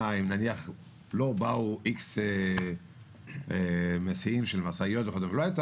אם נניח לא באו X מסיעים של משאיות וכדומה,